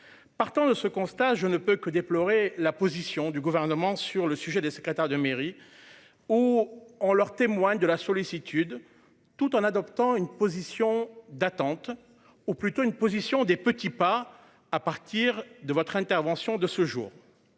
Partant de ce constat, je ne peux que déplorer la position du gouvernement sur le sujet des secrétaires de mairie. Ou on leur témoigne de la sollicitude tout en adoptant une position d'attente ou plutôt une position des petits pas. À partir de votre intervention de ce jour.